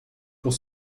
pour